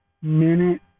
minute